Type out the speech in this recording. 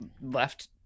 left